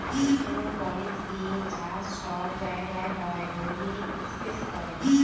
এরওপলিক্স দিঁয়ে চাষ ছট জায়গায় হ্যয় ব্যইলে ইস্পেসে ক্যরে